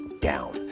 down